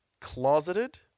Closeted